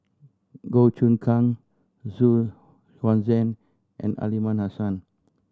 Goh Choon Kang Xu Yuan Zhen and Aliman Hassan